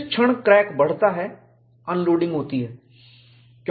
जिस क्षण क्रैक बढ़ता है अनलोडिंग होती है